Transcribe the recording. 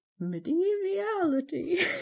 medievality